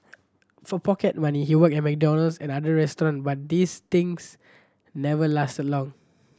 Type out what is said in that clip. for pocket money he worked at McDonald's and other restaurant but these stints never lasted long